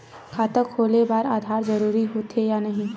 खाता खोले बार आधार जरूरी हो थे या नहीं?